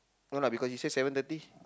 no lah because you say seven thirty